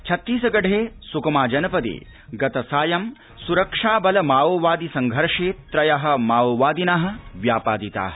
छत्तीसगढ़े सुकमा जनपदे गतसायं सुरक्षाबल माओवादि संघर्षे त्रयः माओवादिनः व्यापादिताः